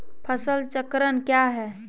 फसल चक्रण क्या है?